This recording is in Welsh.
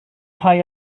rhai